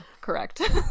correct